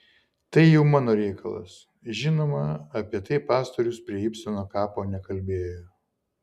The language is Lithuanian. tai jau mano reikalas žinoma apie tai pastorius prie ibseno kapo nekalbėjo